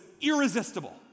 irresistible